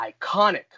iconic